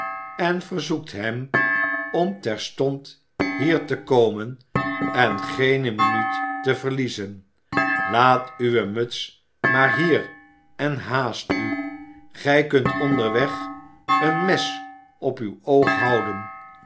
en verzoek hem om terstond hier te komen en geene minuut te verliezen laat uwe muts maar hier en haast u gij kunt onderweg een mes op uw oog houden